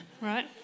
Right